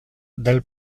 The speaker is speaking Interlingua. del